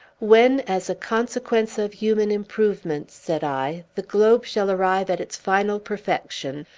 when, as a consequence of human improvement, said i, the globe shall arrive at its final perfection,